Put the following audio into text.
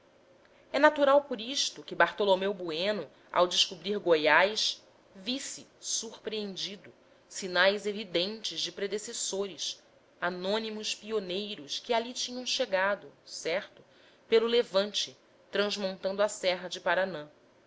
é natural por isto que bartolomeu bueno ao descobrir goiás visse surpreendido sinais evidentes de predecessores anônimos pioneiros que ali tinham chegado certo pelo levante transmontando a serra do paranã